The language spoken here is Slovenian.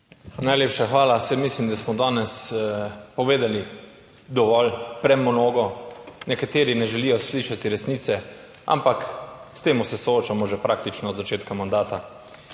Najlepša hvala. Saj mislim, da smo danes povedali dovolj, premnogo. Nekateri ne želijo slišati resnice, ampak s tem se soočamo že praktično od začetka mandata.